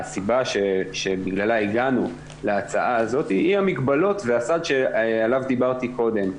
הסיבה שבגללה הגענו להצעה הזאת היא המגבלות והסד שעליו דיברתי קודם.